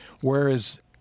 Whereas